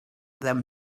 them